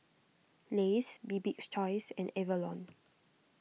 Lays Bibik's Choice and Avalon